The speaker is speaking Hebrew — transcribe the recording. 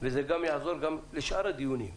וזה יעזור גם לשאר הדיונים.